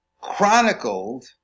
chronicled